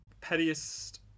pettiest